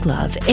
Love